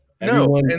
No